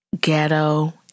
Ghetto